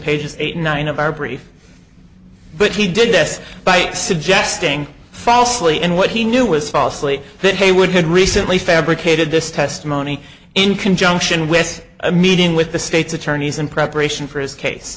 pages eight and nine of our brief but he did this by suggesting falsely and what he knew was falsely that heywood had recently fabricated this testimony in conjunction with a meeting with the state's attorneys in preparation for his case